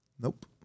Nope